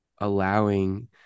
allowing